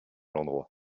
l’endroit